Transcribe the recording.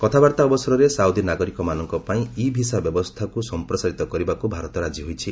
କଥାବାର୍ତ୍ତା ଅବସରରେ ସାଉଦୀ ନାଗରିକମାନଙ୍କ ପାଇଁ ଇ ଭିସା ବ୍ୟବସ୍ଥାକୁ ସଂପ୍ରସାରିତ କରିବାକୁ ଭାରତ ରାଜି ହୋଇଛି